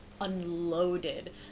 unloaded